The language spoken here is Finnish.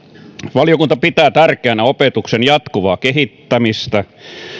valiokunta pitää tärkeänä opetuksen jatkuvaa kehittämistä